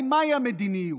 מהי המדיניות?